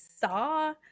saw